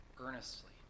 earnestly